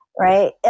right